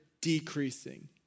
decreasing